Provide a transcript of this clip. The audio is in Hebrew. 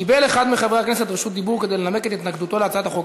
קיבל אחד מחברי הכנסת רשות דיבור כדי לנמק את התנגדותו להצעת החוק,